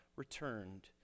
returned